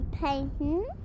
painting